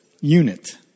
unit